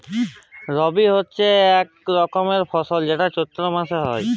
রবি হচ্যে এক রকমের ফসল যেইটা চৈত্র মাসে হ্যয়